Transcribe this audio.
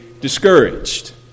discouraged